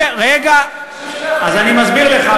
רגע, אז אני מסביר לך.